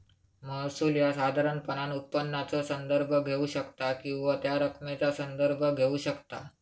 महसूल ह्या साधारणपणान उत्पन्नाचो संदर्भ घेऊ शकता किंवा त्या रकमेचा संदर्भ घेऊ शकता